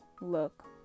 look